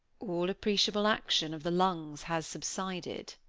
all appreciable action of the lungs has subsided.